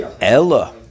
Ella